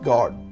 God